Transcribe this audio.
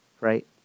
right